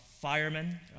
firemen